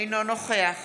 אינו נוכח